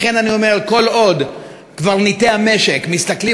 לכן אני אומר: כל עוד קברניטי המשק מסתכלים